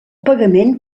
pagament